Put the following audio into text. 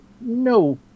no